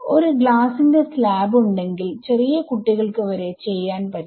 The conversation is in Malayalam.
ഒരു ഗ്ലാസ് ന്റെ സ്ലാബ് ഉണ്ടെങ്കിൽ ചെറിയ കുട്ടികൾക്ക് വരെ ചെയ്യാൻ പറ്റും